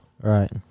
right